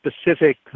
specific